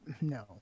No